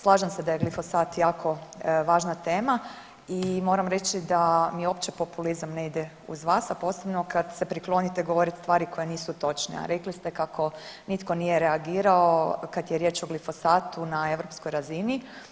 Slažem se da je glifosat jako važna tema i moram reći da ni opći populizam ne ide uz vas, a posebno kad se priklonite govorit stvari koje nisu točne, a rekli ste kako nitko nije reagirao kad je riječ o glifosatu na europskoj razini.